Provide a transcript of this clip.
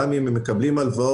גם אם הם מקבלים הלוואות,